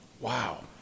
wow